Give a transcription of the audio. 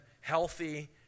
healthy